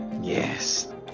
Yes